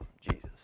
Jesus